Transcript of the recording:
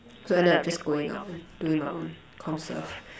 so ended up just going out and doing my own comm serve